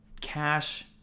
cash